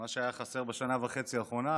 מה שהיה חסר בשנה וחצי האחרונות.